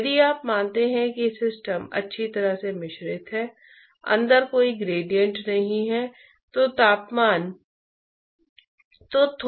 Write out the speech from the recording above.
तो मान लेते हैं कि कोई द्रव v वेग से बह रहा है